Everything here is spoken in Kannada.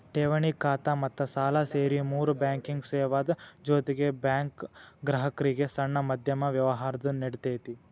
ಠೆವಣಿ ಖಾತಾ ಮತ್ತ ಸಾಲಾ ಸೇರಿ ಮೂಲ ಬ್ಯಾಂಕಿಂಗ್ ಸೇವಾದ್ ಜೊತಿಗೆ ಬ್ಯಾಂಕು ಗ್ರಾಹಕ್ರಿಗೆ ಸಣ್ಣ ಮಧ್ಯಮ ವ್ಯವ್ಹಾರಾ ನೇಡ್ತತಿ